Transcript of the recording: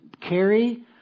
carry